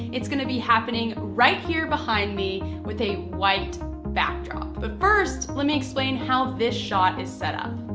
it's gonna be happening right here behind me with a white backdrop. but first, let me explain how this shot is set up.